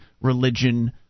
religion